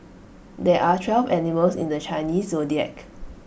there are twelve animals in the Chinese Zodiac